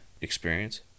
experience